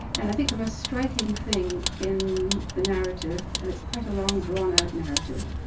and i think the most striking thing in the narrative, and it's quite a long, drawn-out narrative,